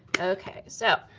okay. so,